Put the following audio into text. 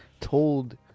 told